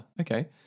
okay